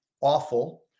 awful